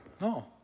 No